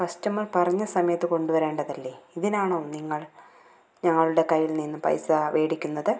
customer പറഞ്ഞ സമയത്തു കൊണ്ടുവരേണ്ടതല്ലേ ഇതിനാണോ നിങ്ങൾ ഞങ്ങളുടെ കൈയ്യിൽ നിന്ന് പൈസ മേടിക്കുന്നത്